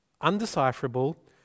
undecipherable